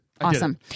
awesome